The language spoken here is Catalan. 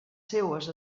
seues